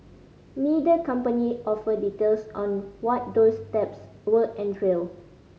neither company offered details on what those steps will entail